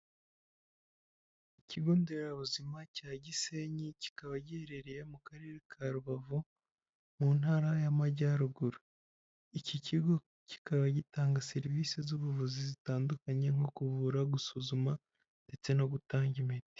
Ikigo nderabuzima cya Gisenyi kikaba giherereye mu karere ka Rubavu mu ntara y'amajyaruguru. iki kigo kikaba gitanga serivisi z'ubuvuzi zitandukanye, nko kuvura, gusuzuma, ndetse no gutanga imiti.